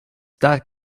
that